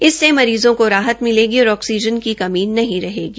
इससे मरीजों को राहत मिलेगी और आक्सीजन की कमी नही रहेगी